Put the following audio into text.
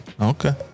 Okay